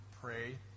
pray